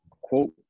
quote